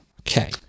Okay